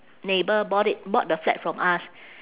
neighbour bought it bought the flat from us